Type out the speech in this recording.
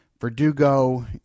Verdugo